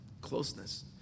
closeness